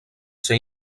ser